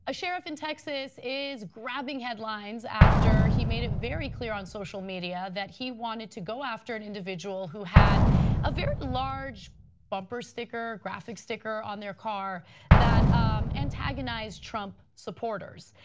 sheriff in texas is grabbing headlines after he made it clear on social media that he wanted to go after an individual who had a very large bumper sticker, graphic sticker, on their car that antagonized trump supporters.